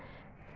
कोन्हे